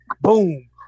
boom